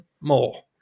more